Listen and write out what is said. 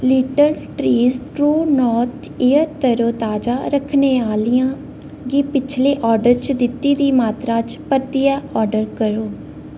little Trees to north air तरोताजा रक्खने आह्लियां गी पिछले आर्डर च दित्ती दी मात्तरा च परतियै आर्डर करो